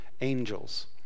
angels